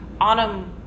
Autumn